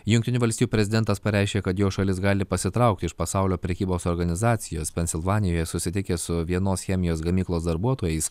jungtinių valstijų prezidentas pareiškė kad jo šalis gali pasitraukti iš pasaulio prekybos organizacijos pensilvanijoje susitikęs su vienos chemijos gamyklos darbuotojais